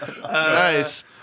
nice